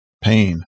pain